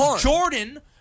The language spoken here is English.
Jordan